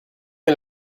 est